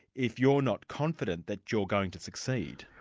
if you're not confident that you're going to succeed.